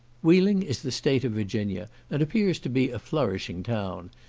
wheeling is the state of virginia, and appears to be a flourishing town.